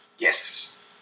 Yes